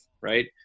right